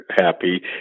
happy